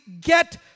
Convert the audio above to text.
get